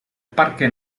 parque